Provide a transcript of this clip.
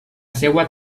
seua